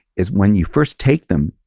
is when you first take them,